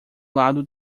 lado